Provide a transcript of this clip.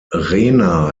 rena